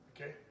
Okay